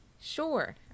Sure